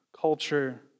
culture